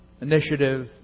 initiative